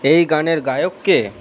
এই গানের গায়ক কে